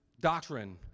doctrine